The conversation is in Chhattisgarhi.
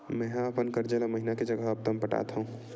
मेंहा अपन कर्जा ला महीना के जगह हप्ता मा पटात हव